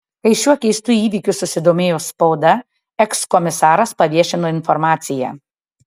kai šiuo keistu įvykiu susidomėjo spauda ekskomisaras paviešino informaciją